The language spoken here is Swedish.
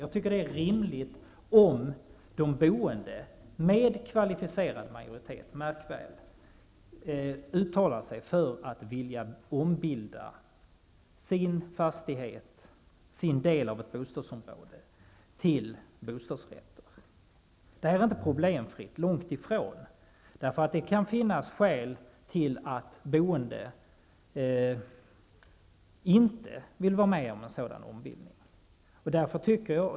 Jag tycker att det är rimligt i de fall de boende med kvalificerad majoritet -- märk väl -- uttalar sig för att vilja ombilda sin fastighet, sin del av ett bostadsområde till bostadsrätter. Detta är inte problemfritt, långt ifrån. Det kan finnas skäl till att de boende inte vill vara med om en sådan ombildning.